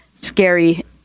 scary